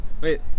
Wait